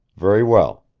very well.